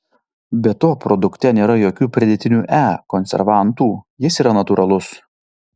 be to produkte nėra jokių pridėtinių e konservantų jis yra natūralus